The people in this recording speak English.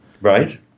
right